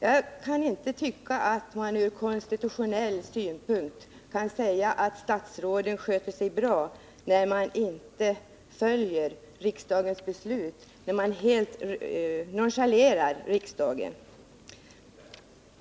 Jag kan inte tycka att man ur konstitutionell synpunkt kan säga att statsråden sköter sig bra när de inte följer riksdagens beslut utan helt nonchalerar riksdagen.